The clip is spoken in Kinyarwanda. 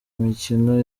imikino